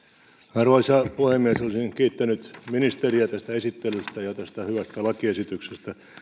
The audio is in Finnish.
arvoisa puhemies olisin kiittänyt ministeriä tästä esittelystä ja tästä hyvästä lakiesityksestä